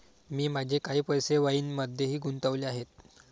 मी माझे काही पैसे वाईनमध्येही गुंतवले आहेत